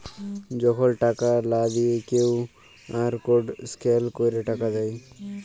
যখল টাকা লা দিঁয়ে কিউ.আর কড স্ক্যাল ক্যইরে টাকা দেয়